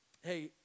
Hey